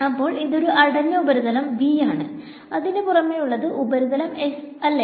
അപ്പോൾ ഇതൊരു അടഞ്ഞ ഉപരിതലം V ആണ് അതിന് പുറമെ ഉള്ളത് ഉപരിതലം S അല്ലെ